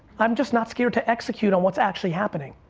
i'm just not scared to execute on what's actually happening,